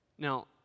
Now